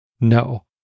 No